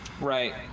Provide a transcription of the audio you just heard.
Right